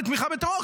בתמיכה בטרור,